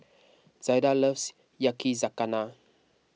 Zaida loves Yakizakana